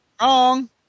wrong